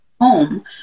home